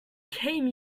came